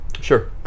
Sure